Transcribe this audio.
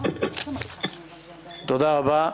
תודה רבה.